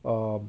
um